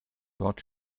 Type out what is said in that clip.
dort